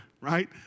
right